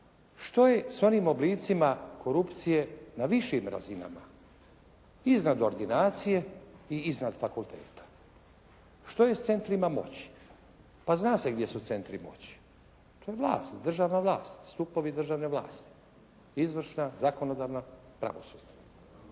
što je s onim oblicima korupcije na višim razinama? Iznad ordinacije i iznad fakulteta? Što je s centrima moći? Pa zna se gdje su centri moći. To je vlast, državna vlast. Stupovi državne vlasti. Izvršna, zakonodavna, pravosudna.